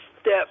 step